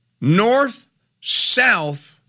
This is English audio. north-south